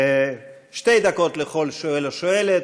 שתי דקות לכל שואל או שואלת,